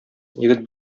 егет